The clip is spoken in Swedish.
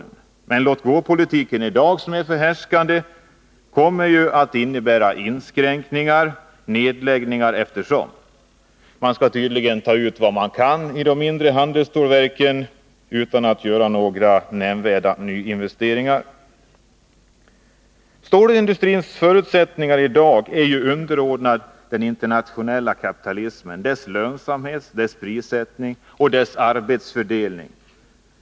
Men den låtgåpolitik som i dag är förhärskande kommer att innebära inskränkningar och nedläggningar allteftersom. Man skall tydligen ta ut vad man kan i de mindre handelsstålverken utan att göra några nämnvärda nyinvesteringar. Stålindustrins förutsättningar i dag är underordnade den internationella kapitalismen — dess lönsamhet, dess prissättning och dess arbetsfördelning.